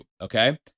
okay